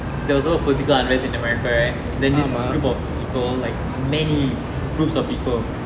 there was all political unrest in america right then this group of people like many groups of people